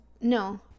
no